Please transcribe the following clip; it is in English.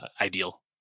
ideal